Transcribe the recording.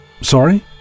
Sorry